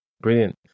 Brilliant